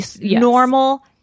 normal